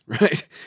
right